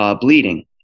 bleeding